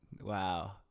Wow